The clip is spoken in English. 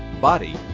body